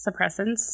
suppressants